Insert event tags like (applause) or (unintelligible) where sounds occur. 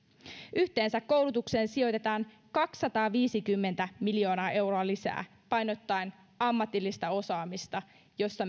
yhteensä koulutukseen sijoitetaan kaksisataaviisikymmentä miljoonaa euroa lisää painottaen ammatillista osaamista josta (unintelligible)